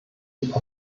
sich